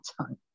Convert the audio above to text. time